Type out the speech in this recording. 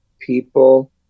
people